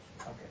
Okay